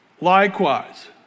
Likewise